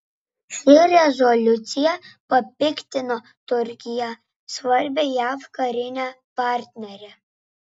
ši rezoliucija papiktino turkiją svarbią jav karinę partnerę